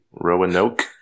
roanoke